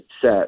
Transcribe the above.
set